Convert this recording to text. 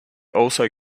also